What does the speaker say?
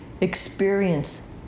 experience